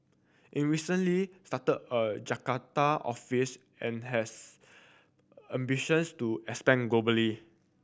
it recently started a Jakarta office and has ambitions to expand globally